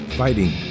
fighting